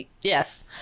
Yes